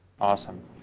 Awesome